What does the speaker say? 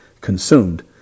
consumed